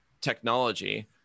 technology